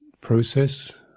process